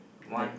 one